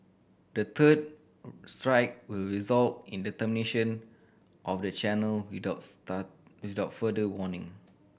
the third strike will result in the termination of the channel without start without further warning